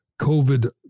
COVID